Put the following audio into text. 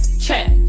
Check